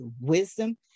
wisdom